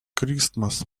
christmas